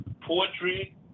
poetry